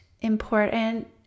important